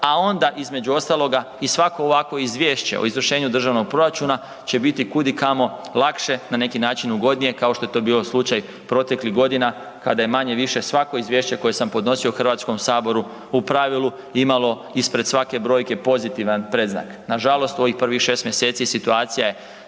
a onda između ostaloga i svako ovakvo izvješće o izvršenje državnog proračuna će biti kud i kamo lakše, na neki način ugodnije, kao što je to bio slučaj proteklih godina kada je manje-više svako izvješće koje sam podnosio u Hrvatskom saboru u pravilu imamo ispred svake brojke pozitivan predznak. Nažalost u ovih prvih 6 mjeseci situacija je